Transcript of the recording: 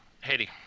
Haiti